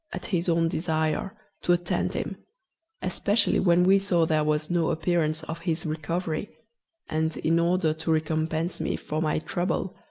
at his own desire, to attend him especially when we saw there was no appearance of his recovery and, in order to recompense me for my trouble,